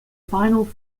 final